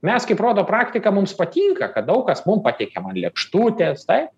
mes kaip rodo praktika mums patinka kad daug kas mum pateikiama ant lėkštutės taip